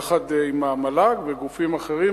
יחד עם המל"ג וגופים אחרים,